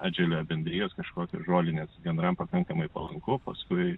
atželia bendrijos kažkokios žolinės gandram pakankamai palanku paskui